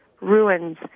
ruins